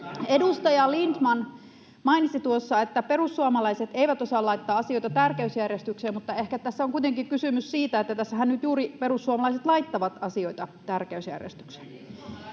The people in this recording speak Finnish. Edustaja Lindtman mainitsi tuossa, että perussuomalaiset eivät osaa laittaa asioita tärkeysjärjestykseen. Mutta ehkä tässä on kuitenkin kysymys siitä, että tässähän nyt juuri perussuomalaiset laittavat asioita tärkeysjärjestykseen.